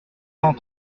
cent